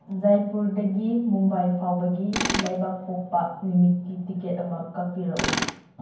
ꯖꯥꯏꯄꯨꯔꯗꯒꯤ ꯃꯨꯝꯕꯥꯏ ꯐꯥꯎꯕꯒꯤ ꯂꯩꯕꯥꯛꯄꯣꯛꯄ ꯅꯨꯃꯤꯠꯀꯤ ꯇꯤꯀꯦꯠ ꯑꯃ ꯀꯛꯄꯤꯔꯛꯎ